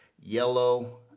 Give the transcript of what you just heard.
yellow